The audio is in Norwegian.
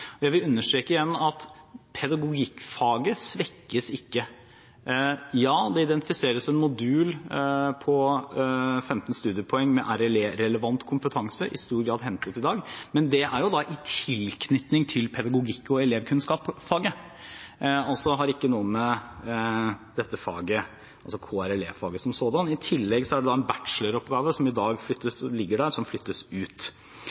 Jeg vil understreke igjen at pedagogikkfaget svekkes ikke. Ja, det identifiseres en modul på 15 studiepoeng med RLE-relevant kompetanse, i stor grad hentet ut i dag, men det er i tilknytning til pedagogikk og elevkunnskap-faget, og har altså ikke noe med dette faget, altså KRLE-faget som sådant, å gjøre. I tillegg er det en bachelor-oppgave som i dag ligger der, og som flyttes ut.